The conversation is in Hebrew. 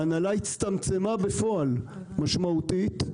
בפועל ההנהלה הצטמצמה משמעותית.